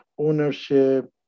ownership